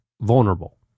vulnerable